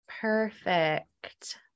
Perfect